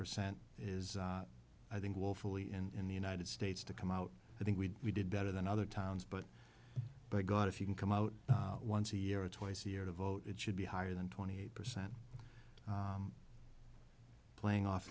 percent is i think willfully and in the united states to come out i think we we did better than other towns but by god if you can come out once a year or twice a year to vote it should be higher than twenty eight percent playing off